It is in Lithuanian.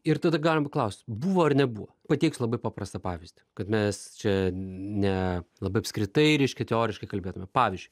ir tada galim paklausti buvo ar nebuvo pateiks labai paprastą pavyzdį kad mes čia ne labai apskritai reiškia teoriškai kalbėtume pavyzdžiui